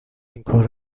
اینکار